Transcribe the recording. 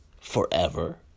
forever